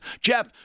Jeff